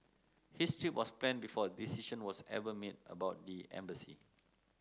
his trip was planned before a decision was ever made about the embassy